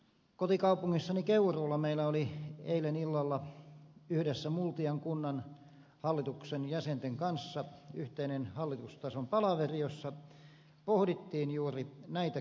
kotikaupungissani keuruulla meillä oli eilen illalla yhdessä multian kunnanhallituksen jäsenten kanssa yhteinen hallitustason palaveri jossa pohdittiin juuri näitä kysymyksiä